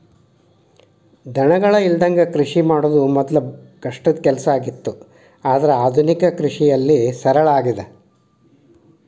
ದನಗಳ ಇಲ್ಲದಂಗ ಕೃಷಿ ಮಾಡುದ ಮೊದ್ಲು ಕಷ್ಟದ ಕೆಲಸ ಆಗಿತ್ತು ಆದ್ರೆ ಆದುನಿಕ ಕೃಷಿಯಲ್ಲಿ ಸರಳವಾಗಿದೆ